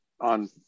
on